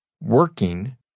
working